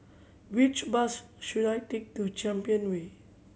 which bus should I take to Champion Way